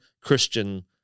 Christian